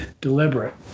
deliberate